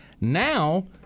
Now